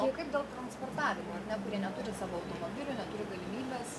o kaip dėl transportavimo ar ne kurie neturi savo automobilio neturi galimybės